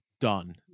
Done